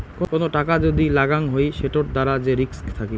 কোন টাকা যদি লাগাং হই সেটোর দ্বারা যে রিস্ক থাকি